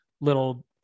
little